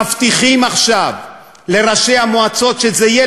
מבטיחים עכשיו לראשי המועצות שזה יהיה,